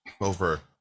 over